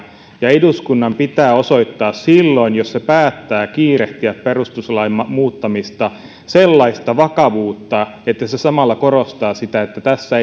ja eduskunnan pitää osoittaa silloin jos se päättää kiirehtiä perustuslain muuttamista sellaista vakavuutta että se samalla korostaa sitä että tässä